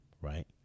right